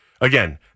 Again